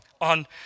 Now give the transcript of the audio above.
on